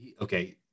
Okay